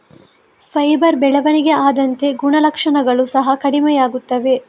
fibre ಬೆಳವಣಿಗೆ ಆದಂತೆ ಗುಣಲಕ್ಷಣಗಳು ಸಹ ಕಡಿಮೆಯಾಗುತ್ತವೆ